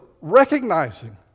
recognizing